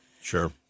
Sure